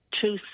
two